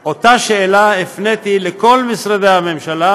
"אותה שאלה הפניתי לכל משרדי הממשלה"